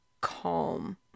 calm